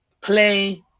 play